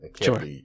Sure